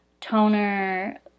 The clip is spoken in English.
toner